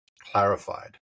clarified